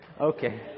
Okay